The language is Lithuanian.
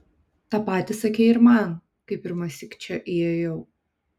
tą patį sakei ir man kai pirmąsyk čia įėjau